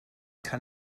can